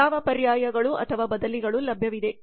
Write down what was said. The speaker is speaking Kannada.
ಯಾವ ಪರ್ಯಾಯಗಳು ಅಥವಾ ಬದಲಿಗಳು ಲಭ್ಯವಿದೆ